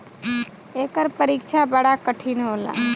एकर परीक्षा बड़ा कठिन होला